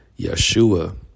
Yeshua